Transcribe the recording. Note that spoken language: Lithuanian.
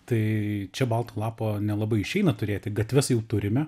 tai čia balto lapo nelabai išeina turėti gatves jau turime